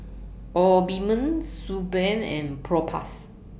Obimin Suu Balm and Propass